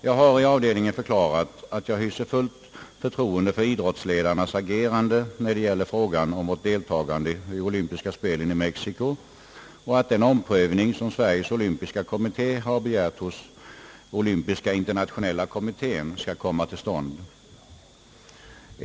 Jag har i avdelningen förklarat, att jag hyser fullt förtroende för idrottsledarnas agerande när det gäller frågan om vårt deltagande i olympiska spelen i Mexico, och jag är övertygad om att den omprövning som Sveriges olympiska kommitté har begärt hos internationella = olympiska kommittén skall komma till stånd.